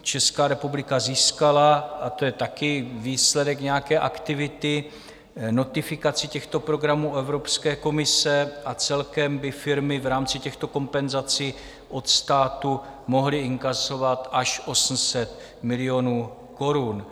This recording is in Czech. Česká republika získala a to je taky výsledek nějaké aktivity notifikaci těchto programů Evropské komise a celkem by firmy v rámci těchto kompenzací od státu mohly inkasovat až 800 milionů korun.